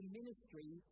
ministry